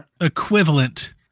equivalent